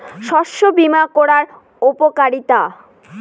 শস্য বিমা করার উপকারীতা?